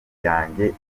yanjye